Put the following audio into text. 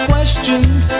questions